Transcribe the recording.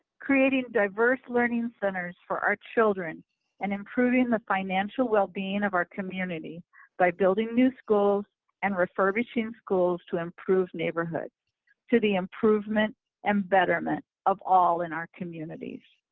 creating diverse learning centers for our children and improving the financial well-being of our community by building new schools and refurbishing schools to improve neighborhood to the improvement and betterment of all in our communities.